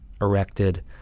erected